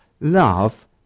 Love